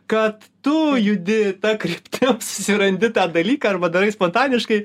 kad tu judi ta kryptim susirandi tą dalyką arba darai spontaniškai